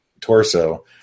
torso